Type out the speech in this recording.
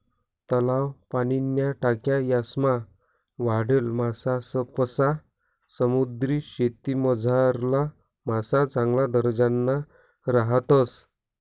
तलाव, पाणीन्या टाक्या यासमा वाढेल मासासपक्सा समुद्रीशेतीमझारला मासा चांगला दर्जाना राहतस